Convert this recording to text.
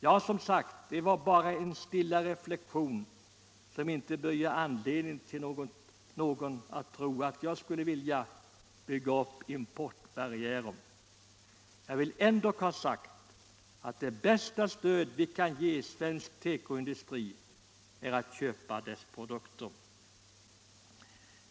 Ja, som sagt, det var bara en stilla reflektion, som inte bör ge anledning för någon att tro att jag skulle vilja bygga upp importbarriärer. Jag vill ändock ha sagt att det bästa stöd vi kan ge svensk tekoindustri är att köpa dess produkter.